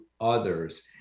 others